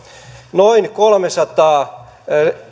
noin kolmesataa